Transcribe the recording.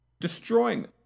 Destroying